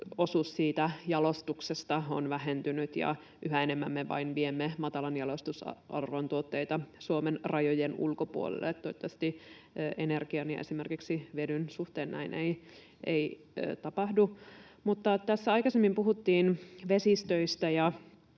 osuutemme jalostuksesta on vähentynyt, ja yhä enemmän me vain viemme matalan jalostusarvon tuotteita Suomen rajojen ulkopuolelle. Toivottavasti energian ja esimerkiksi vedyn suhteen näin ei tapahdu. Mutta tässä aikaisemmin puhuttiin vesistöistä ja